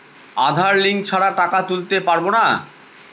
আধার link ছাড়া টাকা তুলতে পারব না?